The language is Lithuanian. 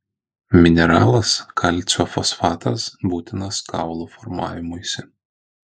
mineralas kalcio fosfatas būtinas kaulų formavimuisi